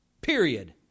Period